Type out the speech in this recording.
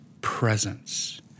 presence